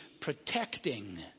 protecting